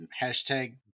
Hashtag